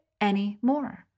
anymore